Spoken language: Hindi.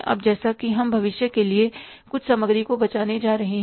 अब जैसा कि हम भविष्य के लिए कुछ सामग्री को बचाने जा रहे हैं